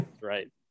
right